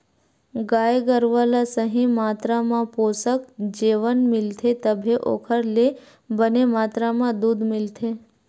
गाय गरूवा ल सही मातरा म पोसक जेवन मिलथे तभे ओखर ले बने मातरा म दूद मिलथे